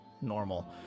normal